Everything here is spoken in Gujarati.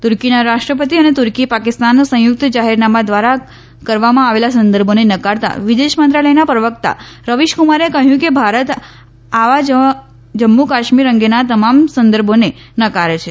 તુર્કીના રાષ્ટ્રપતિ અને તુર્કી પાકિસ્તાન સંયુકત જાહેરનામા ધ્વારા કરવામાં આવેલા સંદર્ભોને નકારતા વિદેશ મંત્રાલયના પ્રવકતા રવિશ કુમારે કહયું કે ભારત આવા જમ્મુ કાશ્મીર અંગેના તમામ સંદર્ભોને નકારે છે